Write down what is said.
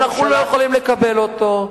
אנחנו לא יכולים לקבל אותו.